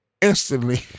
instantly